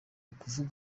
ukuvuga